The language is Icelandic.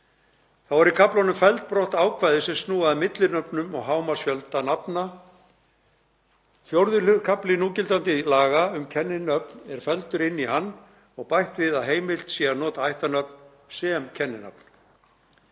Þá eru í kaflanum felld brott ákvæði sem snúa að millinöfnum og hámarksfjölda nafna. IV. kafli núgildandi laga um kenninöfn er felldur inn í hann og bætt við að heimilt sé að nota ættarnöfn sem kenninafn.